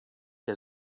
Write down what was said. que